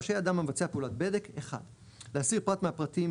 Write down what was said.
רשאי אדם המבצע פעולות בדק - להסיר פרט מהפרטים